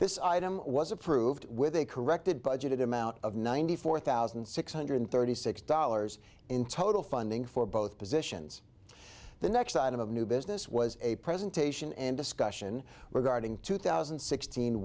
this item was approved with a corrected budget amount of ninety four thousand six hundred thirty six dollars in total funding for both positions the next item of new business was a presentation and discussion regarding two thousand and sixteen